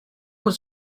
was